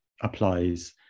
applies